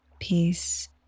peace